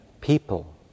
people